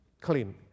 clean